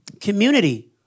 community